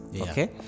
okay